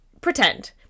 Pretend